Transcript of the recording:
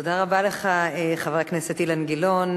תודה רבה לך, חבר הכנסת אילן גילאון.